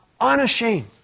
unashamed